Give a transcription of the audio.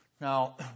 Now